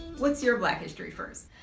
what's your black history first?